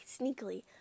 sneakily